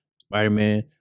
Spider-Man